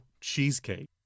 cheesecake